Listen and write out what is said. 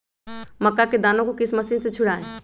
मक्का के दानो को किस मशीन से छुड़ाए?